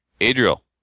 Adriel